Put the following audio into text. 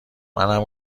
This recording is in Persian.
منم